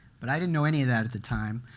but i didn't know any of that at the time.